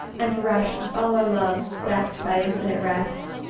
and rush with all our loves back to thy infinite rest?